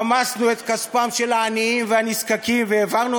חמסנו את כספם של העניים והנזקקים והעברנו